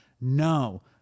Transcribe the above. No